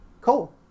Cool